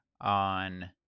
on